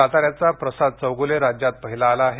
साताऱ्याचा प्रसाद चौगूलै राज्यात पहिला आला आहे